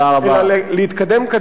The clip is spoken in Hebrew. אלא להתקדם,